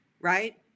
right